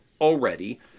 already